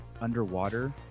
underwater